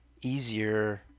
easier